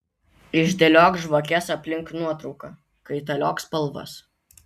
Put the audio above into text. išdėliok žvakes aplink nuotrauką kaitaliok spalvas